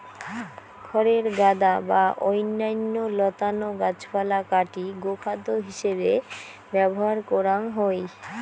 খড়ের গাদা বা অইন্যান্য লতানা গাছপালা কাটি গোখাদ্য হিছেবে ব্যবহার করাং হই